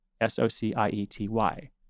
S-O-C-I-E-T-Y